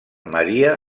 maria